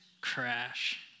crash